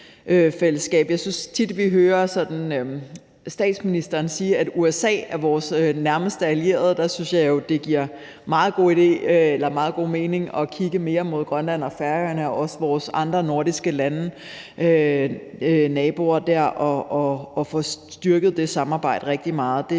Jeg synes tit, vi hører statsministeren sige, at USA er vores nærmeste allierede, og der synes jeg jo, at det giver meget god mening at kigge mere mod Grønland og Færøerne og også de andre nordiske lande, vores naboer, og få styrket det samarbejde rigtig meget.